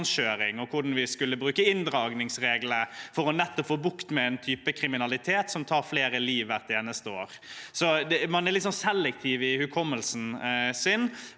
og hvordan vi skulle bruke inndragningsreglene for nettopp å få bukt med en type kriminalitet som tar flere liv hvert eneste år. Så man er litt selektiv i hukommelsen sin,